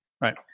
Right